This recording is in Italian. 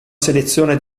selezione